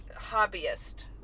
hobbyist